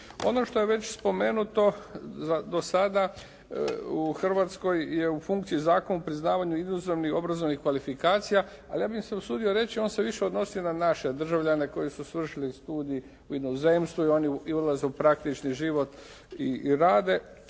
Ono što je već spomenuto do sada u Hrvatskoj je u funkciji zakon, priznavanje izazovnih obrazovnih kvalifikacija ali ja bih se usudio reći on se više odnosi na naše državljane koji su svršili studij u inozemstvu i oni i ulaze u praktički život i rade.